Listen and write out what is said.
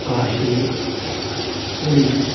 Kashi Puri